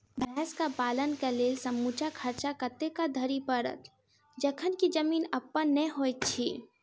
भैंसक पालन केँ लेल समूचा खर्चा कतेक धरि पड़त? जखन की जमीन अप्पन नै होइत छी